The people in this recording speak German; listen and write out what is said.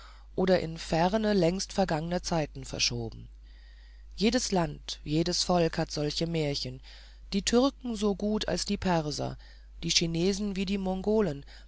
oder in ferne längst vergangene zeiten verschoben jedes land jedes volk hat solche märchen die türken so gut als die perser die chinesen wie die mongolen